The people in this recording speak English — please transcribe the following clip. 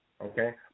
okay